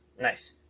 Nice